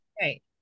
Right